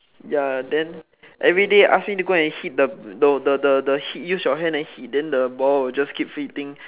ya than everyday ask me go and hit the the the hit use your hand and hit than the ball will just keep hitting